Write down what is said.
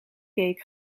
cake